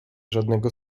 żadnego